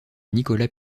nicolas